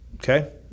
Okay